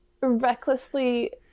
recklessly